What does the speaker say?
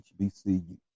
HBCU